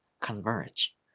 converge